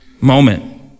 moment